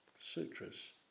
sutras